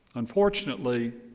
unfortunately,